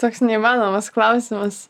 toks neįmanomas klausimas